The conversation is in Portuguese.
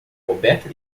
coberta